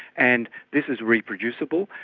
and this is reproducible.